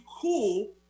cool